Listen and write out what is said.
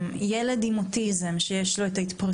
הורה של ילד עם אוטיזם, שיש לו התפרצויות,